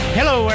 Hello